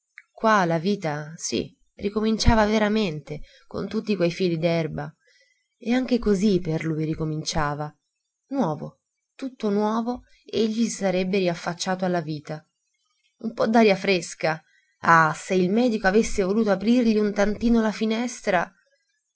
qua la vita sì ricominciava veramente con tutti quei fili d'erba e anche così per lui ricominciava nuovo tutto nuovo egli si sarebbe riaffacciato alla vita un po d'aria fresca ah se il medico avesse voluto aprirgli un tantino la finestra